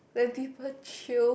when people chew